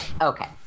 Okay